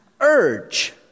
urge